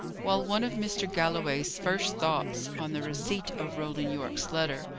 while one of mr. galloway's first thoughts, on the receipt of roland yorke's letter,